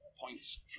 points